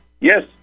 yes